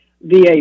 VA